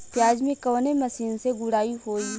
प्याज में कवने मशीन से गुड़ाई होई?